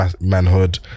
manhood